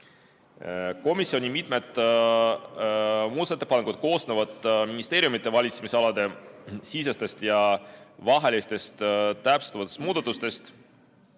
komisjoni muudatusettepanekud koosnevad ministeeriumide valitsemisalade sisestest ja vahelistest täpsustavatest muudatustest,